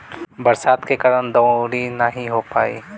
बरसात के कारण दँवरी नाइ हो पाई